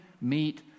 meet